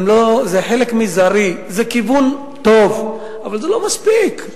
זה חלק מזערי, זה כיוון טוב, אבל זה לא מספיק.